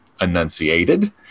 enunciated